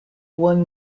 won